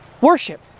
Worship